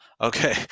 okay